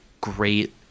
great